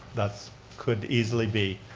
that could easily be.